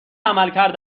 عملکرد